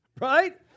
right